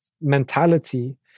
mentality